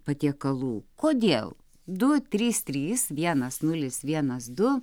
patiekalų kodėl du trys trys vienas nulis vienas du